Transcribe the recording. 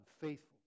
faithful